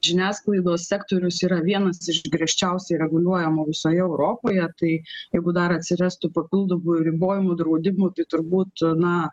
žiniasklaidos sektorius yra vienas iš griežčiausiai reguliuojamų visoje europoje tai jeigu dar atsirastų papildomų ribojimų draudimų tai turbūt na